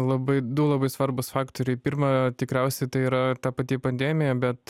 labai du labai svarbūs faktoriai pirma tikriausiai tai yra ta pati pandemija bet